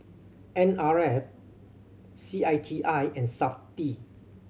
N R F C I T I and Safti